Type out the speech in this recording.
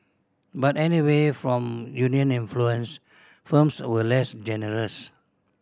but anyway from union influence firms were less generous